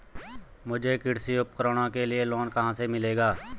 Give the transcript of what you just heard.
मुझे कृषि उपकरणों के लिए लोन कहाँ से मिलेगा?